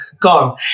gone